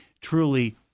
truly